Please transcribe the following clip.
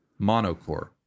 monocore